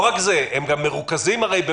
לא רק זה, הם גם מרוכזים במקומות.